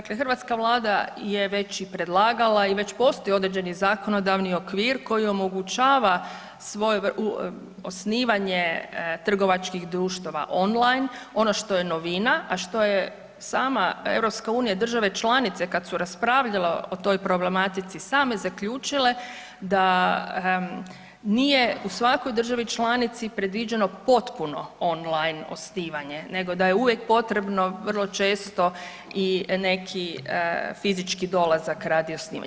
Dakle, hrvatska Vlada je već i predlagala i već postoji određeni zakonodavni okvir koji omogućava svoje osnivanje trgovačkih društava online, ono što je novina a što je sama EU i države članice kad su raspravljale o toj problematici, same zaključile da nije u svakoj državi članici predviđeno potpuno online osnivanje nego da je uvijek potrebno vrlo često i neki fizički dolazak radi osnivanja.